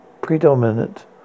predominant